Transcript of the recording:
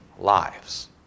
lives